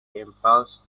impulse